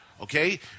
Okay